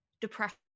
depression